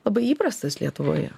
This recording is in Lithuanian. labai įprastas lietuvoje